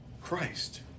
Christ